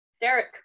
Derek